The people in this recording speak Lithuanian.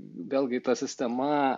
vėlgi ta sistema